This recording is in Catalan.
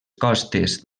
costes